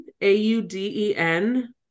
A-U-D-E-N